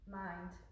mind